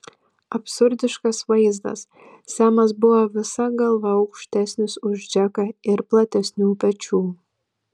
absurdiškas vaizdas semas buvo visa galva aukštesnis už džeką ir platesnių pečių